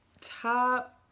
top